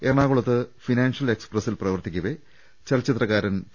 എറണാകുളത്ത് ഫിനാൻഷ്യൽ എക്സ്പ്രസിൽ പ്രവർത്തിക്കവെ ചല ച്ചിത്രകാരൻ പി